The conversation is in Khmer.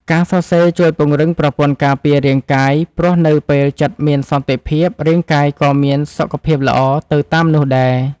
ការសរសេរជួយពង្រឹងប្រព័ន្ធការពាររាងកាយ ព្រោះនៅពេលចិត្តមានសន្តិភាព រាងកាយក៏មានសុខភាពល្អទៅតាមនោះដែរ។